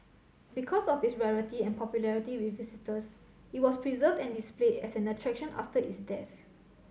because of its rarity and popularity with visitors it was preserved and displayed as an attraction after its death